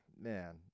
Man